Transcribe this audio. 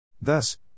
Thus